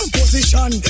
position